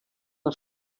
els